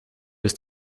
ist